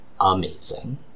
amazing